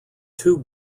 two